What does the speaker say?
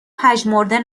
پژمرده